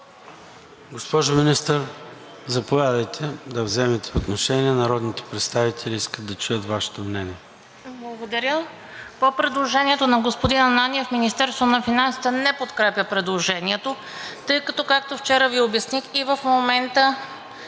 Госпожо Министър, заповядайте, да вземете отношение, народните представители искат да чуят Вашето мнение. СЛУЖЕБЕН МИНИСТЪР РОСИЦА ВЕЛКОВА: Благодаря. По предложението на господин Ананиев, Министерството на финансите не подкрепя предложението, тъй като, както вчера Ви обясних, и в момента